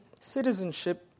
citizenship